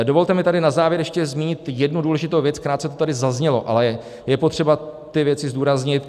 Dovolte mi tady na závěr ještě zmínit jednu důležitou věc, krátce to tady zaznělo, ale je potřeba ty věci zdůraznit.